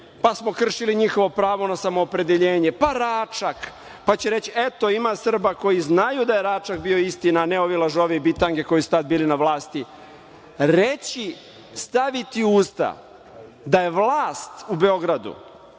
pa smo kršili njihovo pravo na samoopredeljenje, pa Račak, pa će reći eto, ima Srba koji znaju da je Račak bio istina, a ne ovi lažovi i bitange koji su tada bili na vlasti. Reči staviti u usta da je vlast u Beogradu